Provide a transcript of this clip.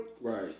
Right